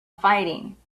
fighting